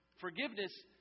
Forgiveness